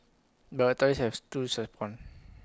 but authorities have tools respond